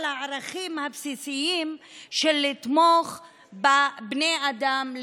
הערכים הבסיסיים של תמיכה בבני אדם,